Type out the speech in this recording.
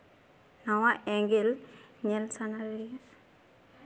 ᱱᱟᱣᱟ ᱮᱸᱜᱮᱞ ᱧᱮᱞ ᱥᱟᱱᱟ ᱞᱮᱭᱟ